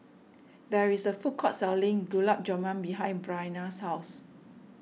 there is a food court selling Gulab Jamun behind Bryana's house